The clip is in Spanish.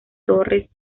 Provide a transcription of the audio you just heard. torres